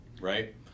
right